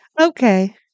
Okay